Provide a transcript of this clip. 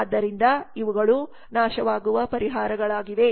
ಆದ್ದರಿಂದ ಇವುಗಳು ನಾಶವಾಗುವ ಪರಿಹಾರಗಳಾಗಿವೆ